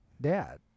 dad